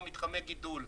מתחמי הגידול.